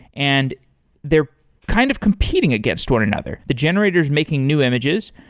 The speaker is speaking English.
and they're kind of competing against one another. the generator is making new images,